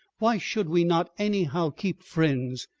why should we not anyhow keep friends?